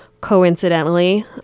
coincidentally